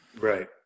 right